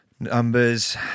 numbers